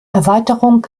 erweiterung